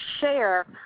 share